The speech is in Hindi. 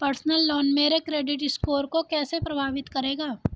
पर्सनल लोन मेरे क्रेडिट स्कोर को कैसे प्रभावित करेगा?